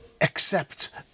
accept